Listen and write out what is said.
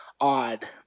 odd